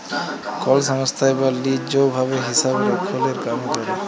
call সংস্থায় বা lease ভাবে হিসাবরক্ষলের কামে ক্যরে